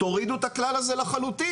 תורידו את הכלל הזה לחלוטין,